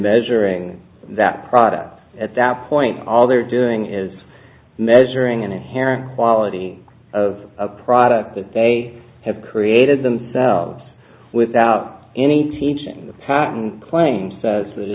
measuring that product at that point all they're doing is measuring an inherent quality of a product that they have created themselves without any teaching patent claim